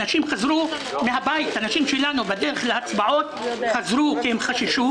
אנשים שלנו חזרו לביתם כי הם חששו.